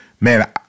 man